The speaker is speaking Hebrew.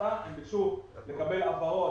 אנחנו כרגע מתעקשים שהסעיף יישאר